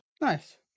Nice